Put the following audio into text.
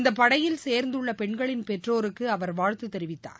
இந்த படையில் சேர்ந்துள்ள பெண்களின் பெற்றோருக்கு அவர் வாழ்த்து தெரிவித்தார்